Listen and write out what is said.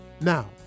Now